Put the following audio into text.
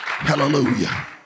hallelujah